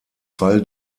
val